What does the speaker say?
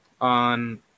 on